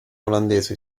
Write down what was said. olandese